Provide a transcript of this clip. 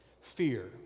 fear